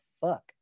fuck